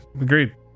agreed